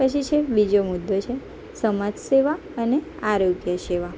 પછી છે બીજો મુદ્દો છે સમાજ સેવા અને આરોગ્ય સેવા